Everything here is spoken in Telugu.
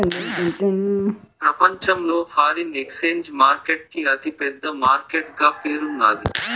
ప్రపంచంలో ఫారిన్ ఎక్సేంజ్ మార్కెట్ కి అతి పెద్ద మార్కెట్ గా పేరున్నాది